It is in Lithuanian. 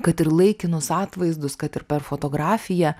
kad ir laikinus atvaizdus kad ir per fotografiją